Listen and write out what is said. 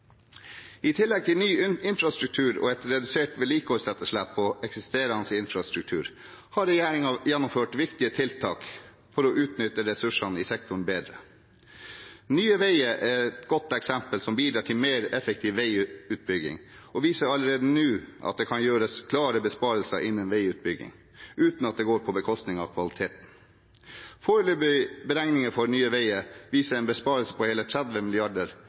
I tillegg til ny infrastruktur og redusert vedlikeholdsetterslep på eksisterende infrastruktur har regjeringen gjennomført viktige tiltak for å utnytte ressursene i sektoren bedre. Nye Veier er et godt eksempel når det gjelder å bidra til mer effektiv veiutbygging, og viser allerede nå at det kan gjøres klare besparelser innen veiutbygging uten at det går på bekostning av kvaliteten. Foreløpige beregninger for Nye Veier viser en besparelse på hele 30